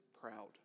proud